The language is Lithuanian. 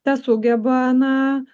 tą sugeba na